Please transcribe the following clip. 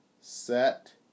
Set